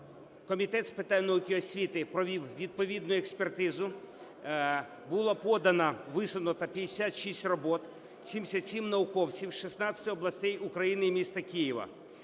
Комітет з питань науки і освіти провів відповідну експертизу, було подано, висунуто 56 робіт, 77 науковців з 16 областей України і міста Києва.